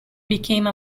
became